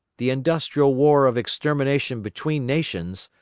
the industrial war of extermination between nations,